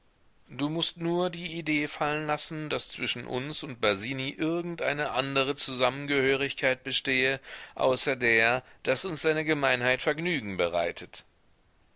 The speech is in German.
du mußt nur die idee fallen lassen daß zwischen uns und basini irgendeine andere zusammengehörigkeit bestehe außer der daß uns seine gemeinheit vergnügen bereitet